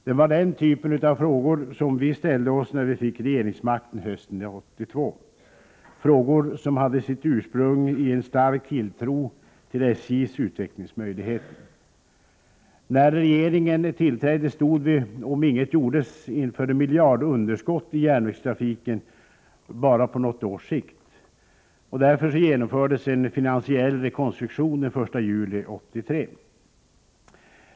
Det var den typen av frågor som vi ställde oss när vi fick regeringsmakten hösten 1982, frågor som hade sitt ursprung i en stark tilltro till SJ:s utvecklingsmöjligheter. När regeringen tillträdde stod vi — om inget gjordes — inför miljardunderskott i järnvägstrafiken bara på något års sikt. Därför genomfördes en finansiell rekonstruktion den 1 juli 1983.